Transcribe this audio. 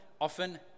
often